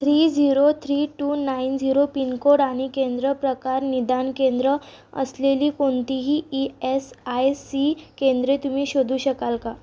three zero three two nine zero pin code आणि केंद्र प्रकार निदान केंद्र असलेली कोणतीही ई एस आय सी केंद्रे तुम्ही शोधू शकाल का